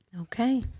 okay